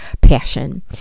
passion